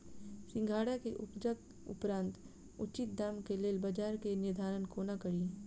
सिंघाड़ा केँ उपजक उपरांत उचित दाम केँ लेल बजार केँ निर्धारण कोना कड़ी?